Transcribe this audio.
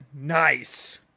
Nice